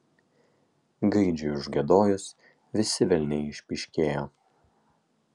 gaidžiui užgiedojus visi velniai išpyškėjo